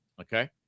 Okay